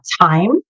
time